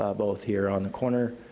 ah both here on the corner,